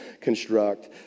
construct